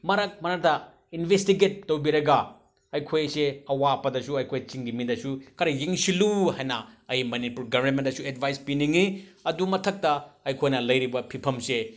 ꯃꯔꯛ ꯃꯔꯛꯇ ꯏꯟꯕꯦꯁꯇꯤꯒꯦꯠ ꯇꯧꯕꯤꯔꯒ ꯑꯩꯈꯣꯏꯁꯦ ꯑꯋꯥꯕꯗꯁꯨ ꯑꯩꯈꯣꯏ ꯆꯤꯡꯒꯤ ꯃꯤꯗꯁꯨ ꯈꯔ ꯌꯦꯡꯁꯤꯜꯂꯨ ꯍꯥꯏꯅ ꯑꯩ ꯃꯅꯤꯄꯨꯔ ꯒꯕꯔꯃꯦꯟꯗꯁꯨ ꯑꯦꯠꯕꯥꯏꯁ ꯄꯤꯅꯤꯡꯉꯤ ꯑꯗꯨ ꯃꯊꯛꯇ ꯑꯩꯈꯣꯏꯅ ꯂꯩꯔꯤꯕ ꯐꯤꯚꯝꯁꯦ